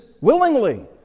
willingly